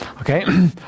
Okay